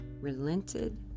relented